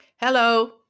Hello